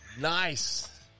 Nice